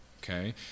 Okay